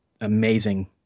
amazing